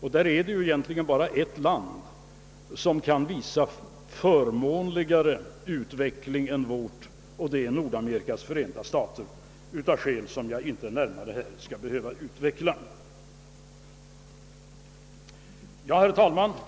Det är egentligen bara ett land som kan visa en förmånligare utveckling än vårt, nämligen Nord amerikas förenta stater, detta av skäl som jag här inte närmare skall utveckla. Herr talman!